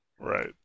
Right